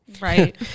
Right